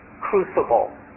crucible